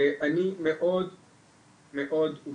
אני מאוד הופתעתי